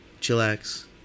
Chillax